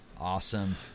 awesome